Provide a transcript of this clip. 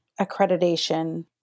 accreditation